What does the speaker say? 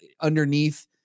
underneath